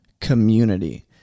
community